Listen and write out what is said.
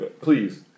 Please